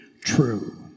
true